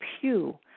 pew